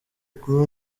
kuba